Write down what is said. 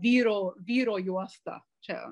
vyro vyro juostą čia